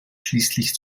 schließlich